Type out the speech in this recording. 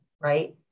right